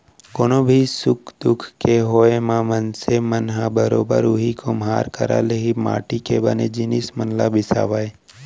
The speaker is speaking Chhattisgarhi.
कोनो भी सुख दुख के होय म मनसे मन ह बरोबर उही कुम्हार करा ले ही माटी ले बने जिनिस मन ल बिसावय